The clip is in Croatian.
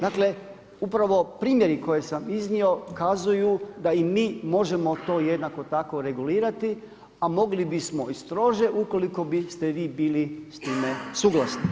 Dakle, upravo primjeri koje sam iznio kazuju da i mi možemo to jednako tako regulirati, a mogli bismo i strože ukoliko biste vi bili s time suglasni.